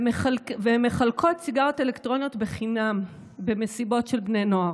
והן מחלקות סיגריות אלקטרוניות בחינם במסיבות של בני נוער.